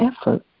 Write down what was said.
effort